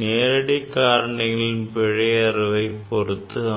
நேரடி காரணிகளின் பிழை அளவை பொறுத்து அமையும்